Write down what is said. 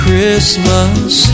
Christmas